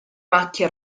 macchie